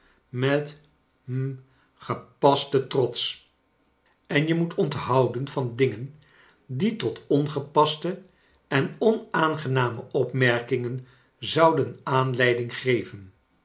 met hm gepasten trots ciiaeles dickens en je moet onthouden van dingen die tot ongepaste en onaangename opmerkingen zouden aanleiding geven